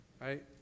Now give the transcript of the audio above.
Right